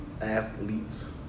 athletes